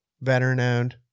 Veteran-owned